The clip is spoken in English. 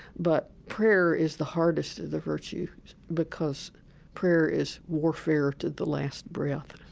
but prayer is the hardest of the virtues, because prayer is warfare to the last breath.